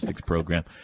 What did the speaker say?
Program